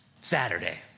Saturday